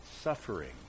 suffering